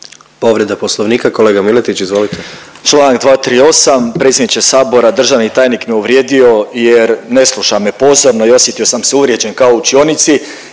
Povreda poslovnika kolega Miletić izvolite.